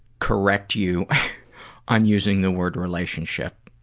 correct you on using the word relationship,